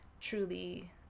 truly